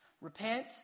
Repent